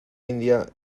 india